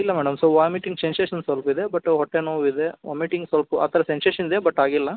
ಇಲ್ಲ madam so vomiting sensation ಸ್ವಲ್ಪ ಇದೆ ಬಟ್ ಹೊಟ್ಟೆ ನೋವಿದೆ ವಾಮಿಟಿಂಗ್ ಸ್ವಲ್ಪ ಆ ಥರ ಸೆನ್ಸೇಷನ್ ಇದೆ ಬಟ್ ಆಗಿಲ್ಲ